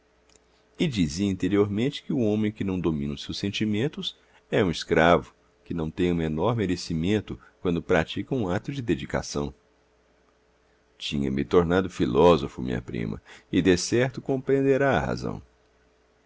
dizia interiormente que o homem que não domina os seus sentimentos é um escravo que não tem o menor merecimento quando pratica um ato de dedicação tinha-me tornado filósofo minha prima e decerto compreenderá a razão